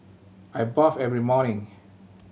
I bath every morning